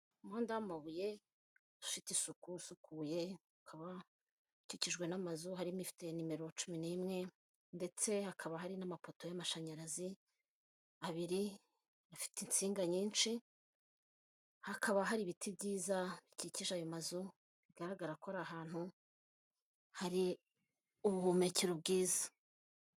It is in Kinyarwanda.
Umuhanda w'amabuye ufite isuku isukuye ikaba ukikijwe n'amazu harimo ifite nimero cumi n'imwe ndetse hakaba hari n'amapoto y'amashanyarazi abiri afite insinga nyinshi, hakaba hari ibiti byiza bikikije ayo mazu bigaragara ko ari ahantu hari ubuhumekero bwiza.